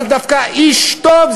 זה דווקא איש טוב,